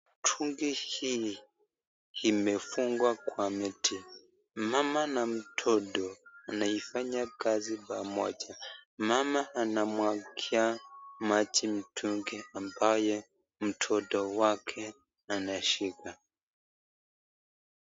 Mtungi hii imefungwa kwa miti. Mama na mtoto wanafanya kazi pamoja. Mama anamwagikia maji mtungi ambayo mtoto wake anashika.